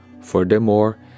Furthermore